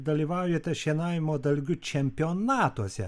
dalyvaujate šienavimo dalgiu čempionatuose